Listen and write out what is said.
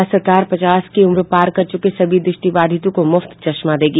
राज्य सरकार पचास के उम्र पार कर चूके सभी दृष्टिबाधितों को मुफ्त चश्मा देगी